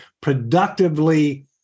productively